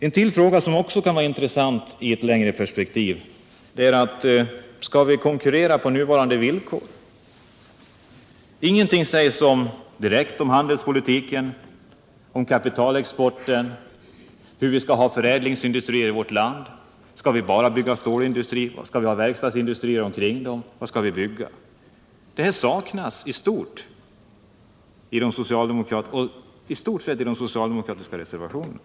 En till fråga som också kan vara intressant i ett längre perspektiv är denna: Skall vi konkurrera på nuvarande villkor? Ingenting sägs direkt om handelspolitiken, om kapitalexporten, om huruvida vi skall ha förädlingsindustrier i vårt land. Skall vi bara bygga stålindustri? Skall vi ha verkstadsindustri omkring den? Var skall vi bygga? Svaren på de här frågorna saknas i stort sett i de socialdemokratiska reservationerna.